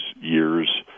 years